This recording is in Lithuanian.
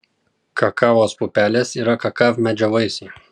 kakavos pupelės yra kakavmedžio vaisiai